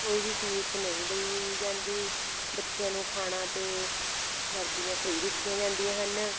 ਕੋਈ ਵੀ ਫ਼ੀਸ ਨਹੀਂ ਲਈ ਜਾਂਦੀ ਬੱਚਿਆਂ ਨੂੰ ਖਾਣਾ ਅਤੇ ਵਰਦੀਆਂ ਫਰੀ ਦਿੱਤੀਆਂ ਜਾਂਦੀਆਂ ਹਨ